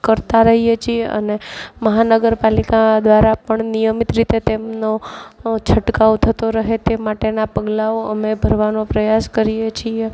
કરતાં રહીએ છીએ અને મહાનગરપાલિકા દ્વારા પણ નિયમિત રીતે તેમનો છંટકાવ થતો રહે તે માટેના પગલાઓ અમે ભરવાનો પ્રયાસ કરીએ છીએ